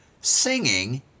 Singing